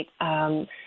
right